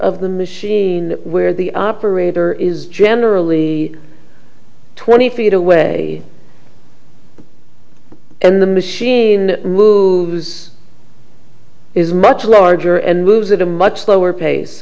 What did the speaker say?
of the machine where the operator is generally twenty feet away and the machine moves is much larger and moves at a much slower pace